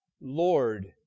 Lord